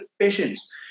patients